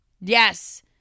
Yes